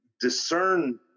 discern